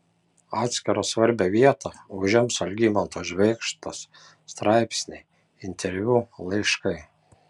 atskirą svarbią vietą užims algimanto švėgždos straipsniai interviu laiškai